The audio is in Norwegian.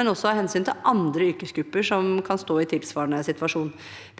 og av hensyn til andre yrkesgrupper som kan stå i tilsvarende situasjon.